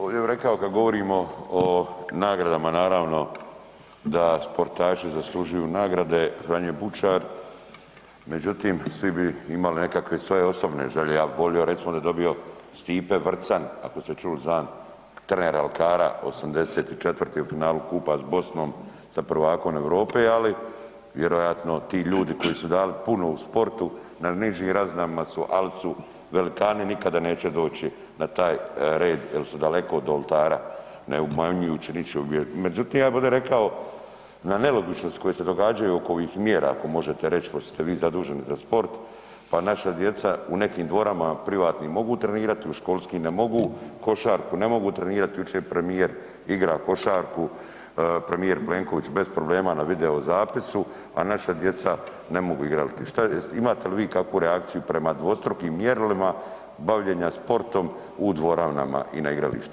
Ovdje bih rekao kad govorimo o nagradama, naravno, da sportaši zaslužuju nagrade Franje Bučar, međutim, svi bi imali nekakve svoje osobne želje, ja bih volio recimo da je dobio Stipe Vrcan, ako ste čuli za trenera alkara '84. u finalu kupa s Bosnom, sa prvakom Europe, ali vjerojatno ti ljudi koji su dali puno u sportu na nižim razinama, ali su velikani nikada neće doći na taj red jer su daleko od oltara, ne umanjujući ničiju ... Međutim, ja bih ovdje rekao na nelogičnost koja se događaju oko ovih mjera, ako možete reći, pošto se vi zaduženi za sport pa naša djeca u nekim ... privatnim mogu trenirati u školskim ne mogu, košarku ne mogu trenirati, jučer premijer igra košarku, premijer Plenković bez problema na videozapisu, a naša djeca ne mogu igrati i što je, imate li vi kakvu reakciju prema dvostrukim mjerilima bavljenja sportom u dvoranama i na igralištima?